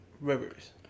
Rivers